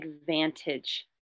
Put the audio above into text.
advantage